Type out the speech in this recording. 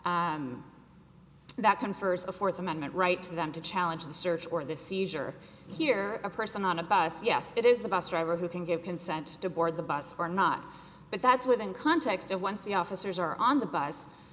that that confers a fourth amendment right to them to challenge the search or the seizure here a person on a bus yes it is the bus driver who can give consent to board the bus or not but that's within the context of once the officers are on the b